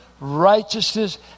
righteousness